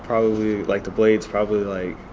probably like, the blade's probably,